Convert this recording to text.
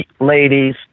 ladies